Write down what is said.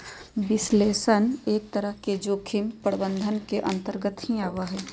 विश्लेषण एक तरह से जोखिम प्रबंधन के अन्तर्गत भी आवा हई